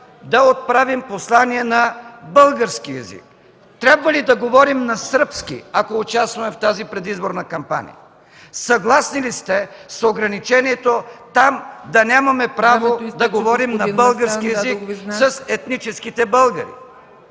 да отправим послание на български език? Трябва ли да говорим на сръбски, ако участваме в тази предизборна кампания? Съгласни ли сте с ограничението там да нямаме право да говорим на български език с етническите българи?